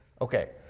Okay